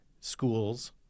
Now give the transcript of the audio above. schools